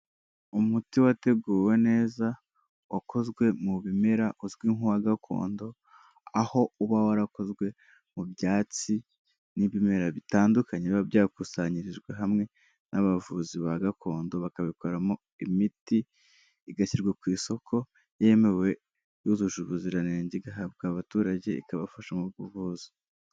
Umuti wateguwe neza wakozwe mu bimera uzwi nk'uwa gakondo aho uba warakozwe mu byatsi n'ibimera bitandukanye biba byakusanyirijwe hamwe n'abavuzi ba gakondo bakabikoramo imiti igashyirwa ku isoko yemewe, yujuje ubuziranenge igahabwa abaturage ikabafasha m'ubuvuzi.